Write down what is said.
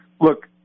look